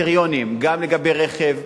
בקריטריונים, גם לגבי רכב.